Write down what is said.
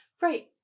Right